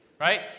Right